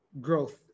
growth